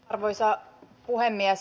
arvoisa puhemies